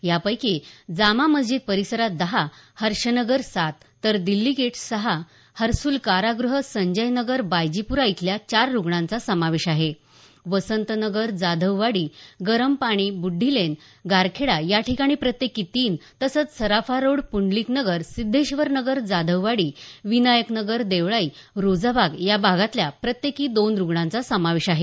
यापैकी जामा मशीद परिसरात दहा हर्षनगर सात तर दिल्ली गेट सहा हर्सुल काराग्रह संजय नगर बायजीप्रा इथल्या चार रुग्णांचा समावेश आहे वसंत नगर जाधववाडी गरम पाणी बुढीलेन गारखेडा या ठिकाणी प्रत्येकी तीन तसंच सराफा रोड पुंडलिक नगर सिद्धेश्वर नगर जाधववाडी विनायक नगर देवळाई रोजा बाग या भागातल्या प्रत्येकी दोन रुग्णांचा समावेश आहे